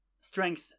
strength